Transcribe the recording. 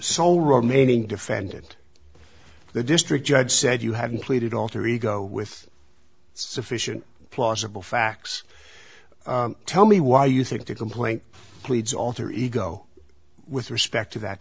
sole remaining defendant the district judge said you haven't pleaded alter ego with sufficient plausible facts tell me why you think the complaint pleads alter ego with respect to that